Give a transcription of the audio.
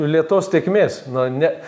lėtos tėkmės na ne